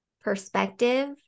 perspective